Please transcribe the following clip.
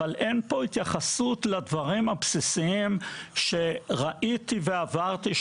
אבל אין פה התייחסות לדבירם הבסיסיים שראיתי ועברתי,